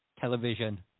television